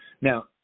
now